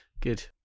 Good